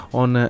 on